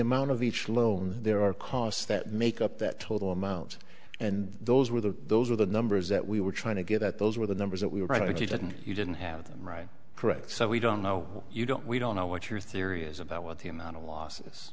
amount of each loan there are costs that make up that total amount and those were the those are the numbers that we were trying to get that those were the numbers that we were right and you didn't you didn't have them right correct so we don't know you don't we don't know what your theory is about what the amount of losses